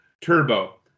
turbo